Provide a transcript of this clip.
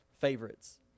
favorites